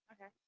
Okay